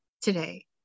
today